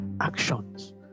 actions